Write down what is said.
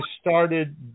started